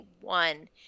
one